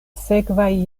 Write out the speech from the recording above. sekvaj